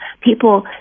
people